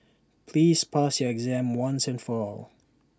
please pass your exam once and for all